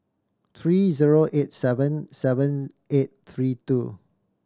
three zero eight seven seven eight three two